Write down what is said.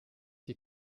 die